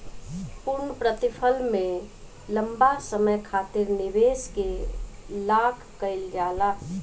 पूर्णप्रतिफल में लंबा समय खातिर निवेश के लाक कईल जाला